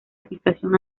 aplicación